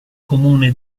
comune